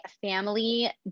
family